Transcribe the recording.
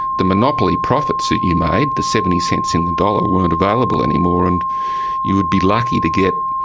the monopoly profits that you made the seventy cents in the dollar weren't available anymore and you would be lucky to get,